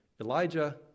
Elijah